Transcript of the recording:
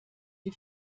die